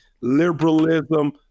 liberalism